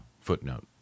Footnote